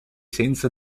senza